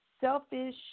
selfish